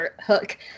hook